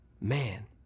man